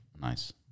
Nice